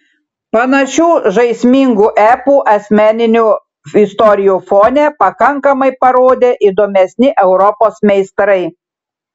panašių žaismingų epų asmeninių istorijų fone pakankamai parodė įdomesni europos meistrai